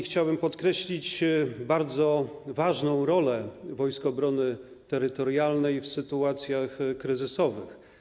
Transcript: Chciałbym podkreślić bardzo ważną rolę Wojsk Obrony Terytorialnej w sytuacjach kryzysowych.